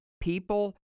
people